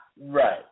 right